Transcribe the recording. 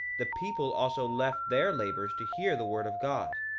the people also left their labors to hear the word of god.